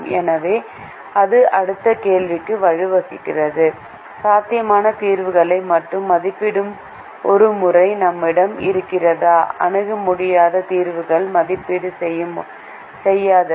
எனவே இது அடுத்த கேள்விக்கு வழிவகுக்கிறது சாத்தியமான தீர்வுகளை மட்டுமே மதிப்பிடும் ஒரு முறை நம்மிடம் இருக்கிறதா அணுக முடியாத தீர்வுகளை மதிப்பீடு செய்யாது